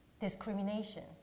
discrimination